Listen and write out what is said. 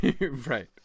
Right